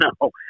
no